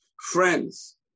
friends